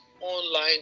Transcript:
online